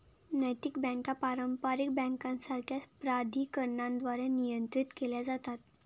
नैतिक बँका पारंपारिक बँकांसारख्याच प्राधिकरणांद्वारे नियंत्रित केल्या जातात